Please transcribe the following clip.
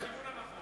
בכיוון הנכון.